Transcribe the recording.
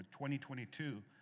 2022